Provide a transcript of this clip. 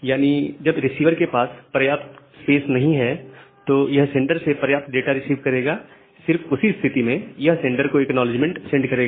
यानी जब रिसीवर के पास पर्याप्त स्पेस है तो यह सेंडर से पर्याप्त डाटा रिसीव करेगा सिर्फ उसी स्थिति में यह सेंडर को एक्नॉलेजमेंट सेंड करेगा